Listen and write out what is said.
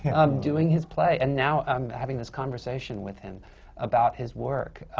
i'm doing his play. and now, i'm having this conversation with him about his work.